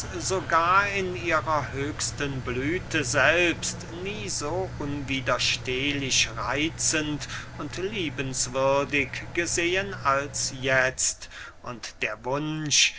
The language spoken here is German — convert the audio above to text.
sogar in ihrer höchsten blüthe selbst nie so unwiderstehlich reitzend und liebenswürdig gesehen als jetzt und der wunsch